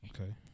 Okay